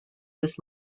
this